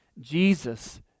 Jesus